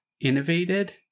innovated